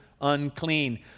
unclean